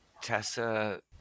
Tessa